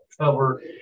cover